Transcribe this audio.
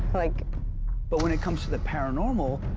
like but when it comes to the paranormal,